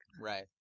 Right